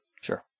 Sure